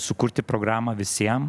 sukurti programą visiem